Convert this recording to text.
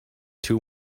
two